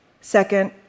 Second